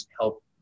help